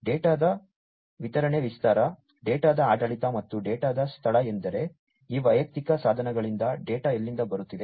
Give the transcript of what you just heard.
ಡೇಟಾದ ವಿತರಣೆಯ ವಿಸ್ತಾರ ಡೇಟಾದ ಆಡಳಿತ ಮತ್ತು ಡೇಟಾದ ಸ್ಥಳ ಎಂದರೆ ಈ ವೈಯಕ್ತಿಕ ಸಾಧನಗಳಿಂದ ಡೇಟಾ ಎಲ್ಲಿಂದ ಬರುತ್ತಿದೆ